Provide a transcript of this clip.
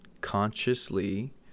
consciously